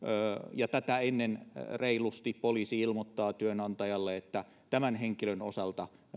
ja reilusti tätä ennen poliisi ilmoittaa työnantajalle että tämän henkilön osalta